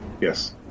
Yes